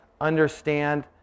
Understand